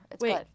Wait